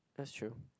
that's true